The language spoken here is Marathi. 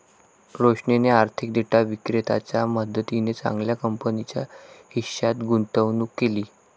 रोशनीने आर्थिक डेटा विक्रेत्याच्या मदतीने चांगल्या कंपनीच्या हिश्श्यात गुंतवणूक केली